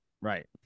right